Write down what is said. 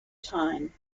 time